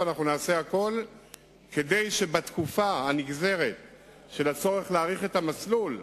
אנחנו נעשה הכול כדי שבתקופה הנגזרת מהצורך להאריך את המסלול,